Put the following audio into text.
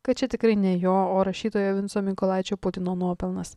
kad čia tikrai ne jo o rašytojo vinco mykolaičio putino nuopelnas